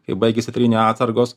kai baigiasi trynio atsargos